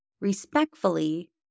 Respectfully